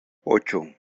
ocho